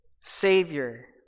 Savior